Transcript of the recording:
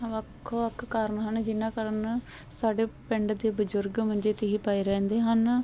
ਵੱਖ ਵੱਖ ਕਾਰਨ ਹਨ ਜਿਹਨਾਂ ਕਾਰਨ ਸਾਡੇ ਪਿੰਡ ਦੇ ਬਜ਼ੁਰਗ ਮੰਜੇ 'ਤੇ ਹੀ ਪਾਏ ਰਹਿੰਦੇ ਹਨ